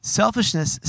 selfishness